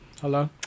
hello